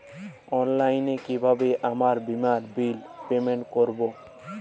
অনলাইনে কিভাবে আমার বীমার বিল পেমেন্ট করবো?